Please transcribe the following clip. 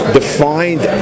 defined